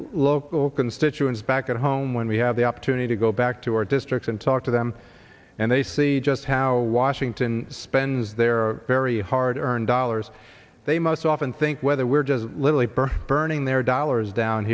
local constituents back at home when we have the opportunity to go back to our districts and talk to them and they see just how washington spends their very hard earned dollars they most often think whether we're just literally burn burning their dollars down